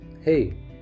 Hey